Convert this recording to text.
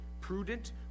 prudent